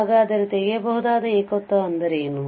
ಹಾಗಾದರೆ ತೆಗೆಯಬಹುದಾದ ಏಕತ್ವ ಎಂದರೇನು